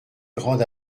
grande